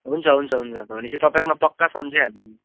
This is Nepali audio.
हुन्छ हुन्छ हुन्छ भनेपछि तपाईँकोमा पक्का सम्झ्यौँ हामीले